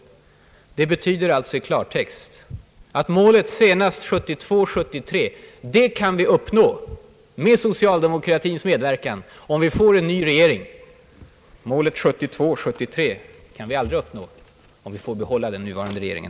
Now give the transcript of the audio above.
Det betyder alltså i klartext att vi kan uppnå målet 1972 73 kan vi aldrig uppnå om vi får behålla den nuvarande regeringen.